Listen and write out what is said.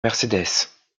mercedes